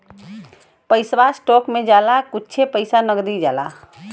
पैसवा स्टोक मे जाला कुच्छे पइसा नगदी जाला